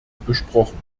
besprochen